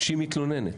שהיא מתלוננת,